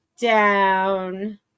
down